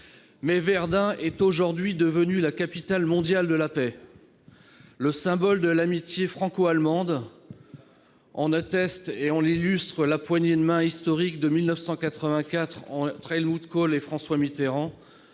Verdun est aujourd'hui devenu la capitale mondiale de la paix et le symbole de l'amitié franco-allemande. En attestent la poignée de main historique entre Helmut Kohl et François Mitterrand